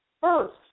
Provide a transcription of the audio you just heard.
first